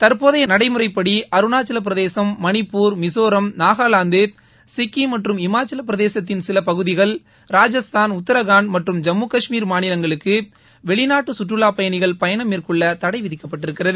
தற்போதைய நடைமுறைப்படி அருணாக்கல பிரதேசம் மணிப்பூர் மிசோராம் நாகாவாந்து சிக்கிம் மற்றும் இமாச்சல பிரதேசத்தின் சில பகுதிகள் ராஜஸ்தான் உத்ராகண்ட் மற்றும் ஜம்மு கஷ்மீர் மாநிலங்களுக்கு வெளிநாட்டு சுற்றுலாப் பயணிகள் பயணம் மேற்கொள்ள தடை விதிக்கப்பட்டிருந்தது